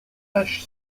ash